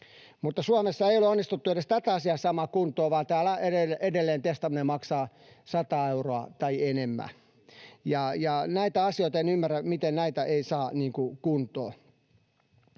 mutta Suomessa ei ole onnistuttu edes tätä asiaa saamaan kuntoon, vaan täällä edelleen testaaminen maksaa 100 euroa tai enemmän, ja en ymmärrä, miten näitä asioita ei saa kuntoon.